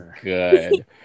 good